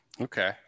Okay